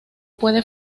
puede